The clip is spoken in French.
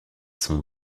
sont